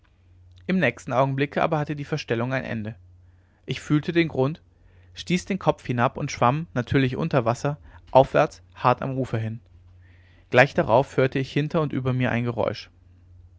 im nächsten augenblicke aber hatte die verstellung ein ende ich fühlte den grund stieß den kopf hinab und schwamm natürlich unter wasser aufwärts hart am ufer hin gleich darauf hörte ich hinter und über mir ein geräusch